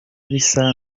bisa